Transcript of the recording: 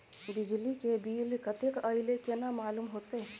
बिजली के बिल कतेक अयले केना मालूम होते?